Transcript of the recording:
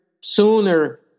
sooner